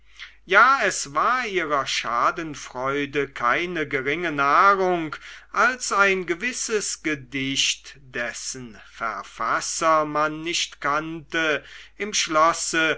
ja es war ihrer schadenfreude keine geringe nahrung als ein gewisses gedicht dessen verfasser man nicht kannte im schlosse